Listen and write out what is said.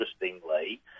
interestingly